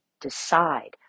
decide